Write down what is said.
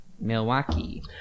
Milwaukee